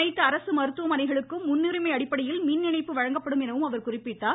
அனைத்து அரசு மருத்துவமனைகளுக்கும் முன்னுரிமை அடிப்படையில் மின் இணைப்பு வழங்கப்படும் எனவும் அவர் குறிப்பிட்டார்